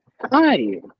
Hi